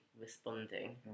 responding